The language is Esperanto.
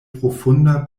profunda